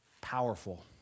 Powerful